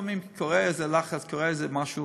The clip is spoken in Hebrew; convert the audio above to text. לפעמים יש לחץ, לפעמים קורה משהו